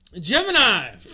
Gemini